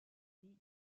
lit